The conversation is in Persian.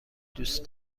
دوست